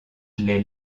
les